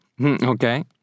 Okay